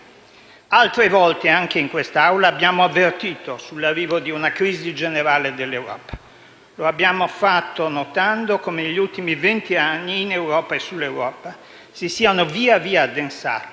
Altre volte, anche in questa Aula, abbiamo avvertito sull'arrivo di una crisi generale dell'Europa. Lo abbiamo fatto notando come negli ultimi vent'anni in Europa e sull'Europa si siano via via addensati